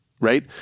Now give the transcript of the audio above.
Right